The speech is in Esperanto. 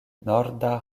norda